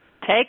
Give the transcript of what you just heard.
Take